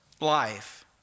life